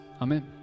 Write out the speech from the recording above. Amen